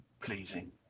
pleasing